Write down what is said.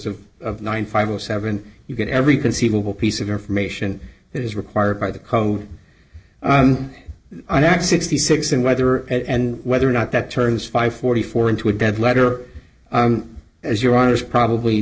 of nine five o seven you get every conceivable piece of information that is required by the code on at sixty six and whether and whether or not that turns five forty four into a dead letter as your honour's probably